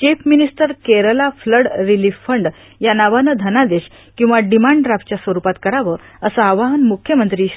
chief minister Kerala flood relief fund या नावानं धनादेश किंवा डिमाव्ड ड्राफ्टच्या स्वरुपात करावं असं आवाहन मुख्यमंत्री श्री